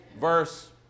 verse